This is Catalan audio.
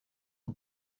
que